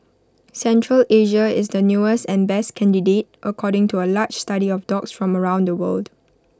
Central Asia is the newest and best candidate according to A large study of dogs from around the world